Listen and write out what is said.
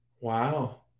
wow